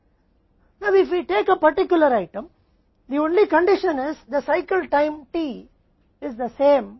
सभी वस्तुओं के लिए T समान है T उन सभी के लिए चक्र का समय है